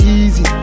easy